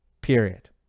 period